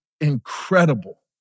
incredible